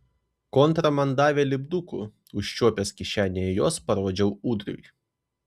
kontra man davė lipdukų užčiuopęs kišenėje juos parodžiau ūdriui